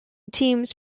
teams